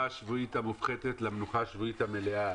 השבועית המופחתת למנוחה השבועית המלאה.